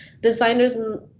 Designers